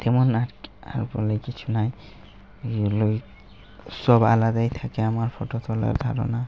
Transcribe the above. তেমন আর আর বলে কিছু নাইগুলো সব আলাদাই থাকে আমার ফটো তোলার ধারণা